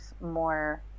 more